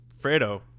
Fredo